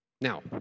Now